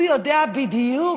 הוא יודע בדיוק,